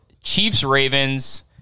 Chiefs-Ravens